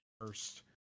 first